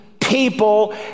people